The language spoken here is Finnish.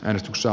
ensossa